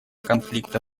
конфликта